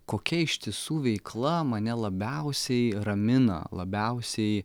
kokia ištiesų veikla mane labiausiai ramina labiausiai